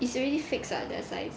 is already fix ah their size